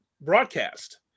broadcast